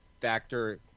factor